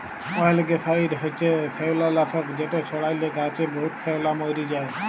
অয়েলগ্যাসাইড হছে শেওলালাসক যেট ছড়াইলে গাহাচে বহুত শেওলা মইরে যায়